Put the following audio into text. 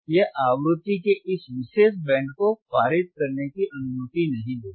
यह आवृत्ति के इस विशेष बैंड को पारित करने की अनुमति नहीं देगा